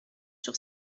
sur